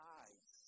eyes